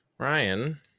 Ryan